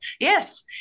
yes